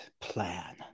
plan